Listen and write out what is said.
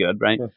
Right